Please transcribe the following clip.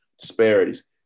disparities